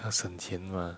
要省钱 mah